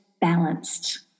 balanced